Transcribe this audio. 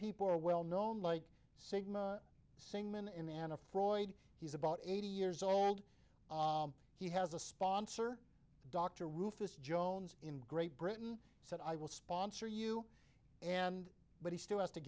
people are well known like sigma syngman inanna freud he's about eighty years old he has a sponsor dr rufus jones in great britain said i will sponsor you and but he still has to